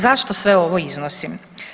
Zašto sve ovo iznosim?